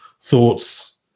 thoughts